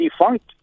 defunct